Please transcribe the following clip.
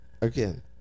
again